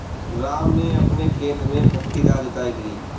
राम ने अपने खेत में पट्टीदार जुताई की